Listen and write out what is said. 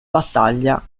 battaglia